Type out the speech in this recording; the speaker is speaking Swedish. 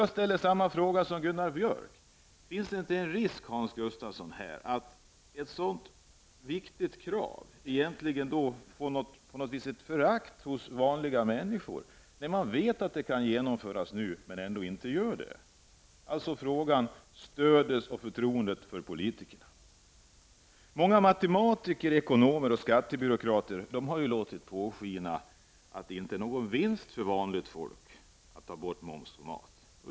Jag ställer samma fråga som Gunnar Björk: Fins det inte en risk, Hans Gustafsson, för att vanliga människor på något vis känner förakt för och mister förtroende för politikerna, när de vet att ett sådant här viktigt krav kan genomföras nu och ändå görs det inte? Många matematiker, ekonomer och skattebyråkrater har låtit påskina att det inte är någon vinst för vanliga människor att momsen på mat tas bort.